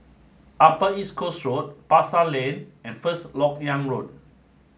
Upper East Coast Road Pasar Lane and First Lok Yang Road